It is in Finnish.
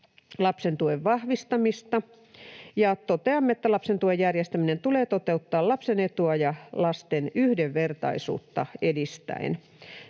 lapsen tuen vahvistamista ja toteamme, että ”lapsen tuen järjestäminen tulee toteuttaa lapsen etua ja lasten yhdenvertaisuutta edistäen”.